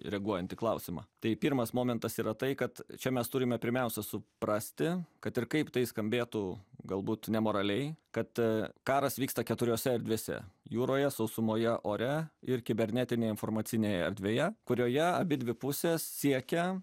reaguojant į klausimą tai pirmas momentas yra tai kad čia mes turime pirmiausia suprasti kad ir kaip tai skambėtų galbūt nemoraliai kad karas vyksta keturiose erdvėse jūroje sausumoje ore ir kibernetinėj informacinėje erdvėje kurioje abidvi pusės siekia